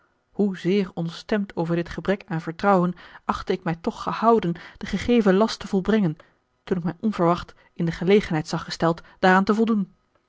hoezeer ontstemd over dit gebrek aan vertrouwen achtte ik mij toch gehouden den gegeven last te volbrengen toen ik mij onverwacht in de gelegenheid zag gesteld daaraan te voldoen